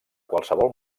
qualsevol